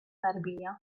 tarbija